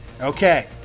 Okay